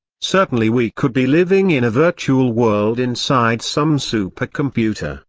certainly we could be living in a virtual world inside some supercomputer,